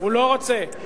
הוא לא רוצה להשיב.